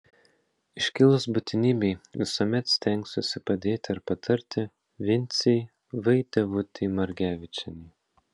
iškilus būtinybei visuomet stengsiuosi padėti ar patarti vincei vaidevutei margevičienei